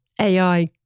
AI